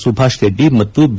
ಸುಭಾಷ್ ರೆಡ್ಡಿ ಮತ್ತು ಬಿ